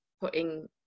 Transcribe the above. Putting